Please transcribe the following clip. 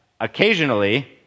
occasionally